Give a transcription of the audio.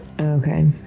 Okay